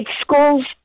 schools